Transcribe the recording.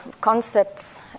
concepts